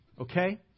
okay